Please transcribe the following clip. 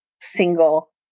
single